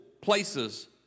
places